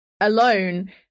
alone